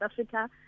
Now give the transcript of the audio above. Africa